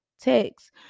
text